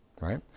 right